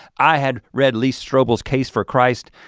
i had read lee strobel's case for christ.